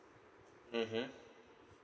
mmhmm